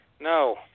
No